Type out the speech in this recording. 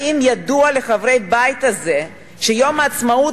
האם ידוע לחברי הבית הזה שיום העצמאות,